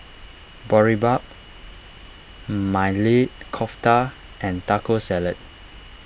Boribap Maili Kofta and Taco Salad